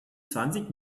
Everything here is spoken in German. zwanzig